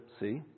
see